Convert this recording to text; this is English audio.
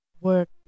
work